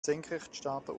senkrechtstarter